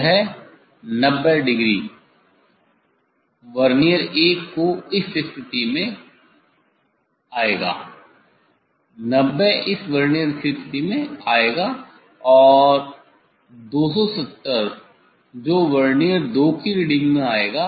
यह 90 वर्नियर 1 की इस स्थिति में आएगा 90 इस वर्नियर स्थिति में आएगा और 270 जो वर्नियर 2 की रीडिंग में आएगा